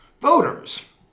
voters